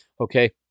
okay